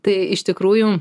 tai iš tikrųjų